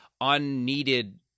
unneeded